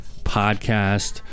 Podcast